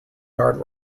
guard